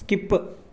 skip